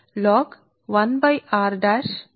4605 log D కి 1 కు సమానం